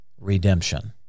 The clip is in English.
redemption